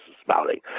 spouting